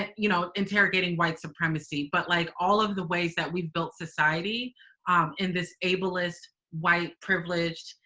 and you know, interrogating white supremacy. but like all of the ways that we've built society in this ableist, white privileged,